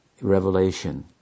revelation